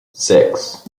six